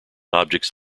objects